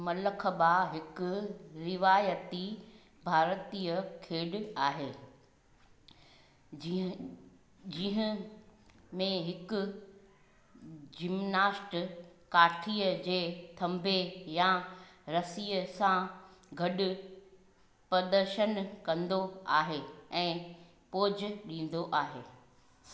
मल्लखाबा हिकु रिवायती भारतीय खेॾिक आहे जीअं जीहं में हिकु जिमनाष्ट काठीअ जे थंबे या रस्सीअ सां गॾु प्रदर्शन कंदो आहे ऐं पोज ॾींदो आहे